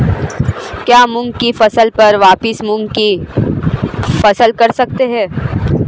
क्या मूंग की फसल पर वापिस मूंग की फसल कर सकते हैं?